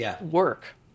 work